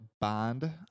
Bond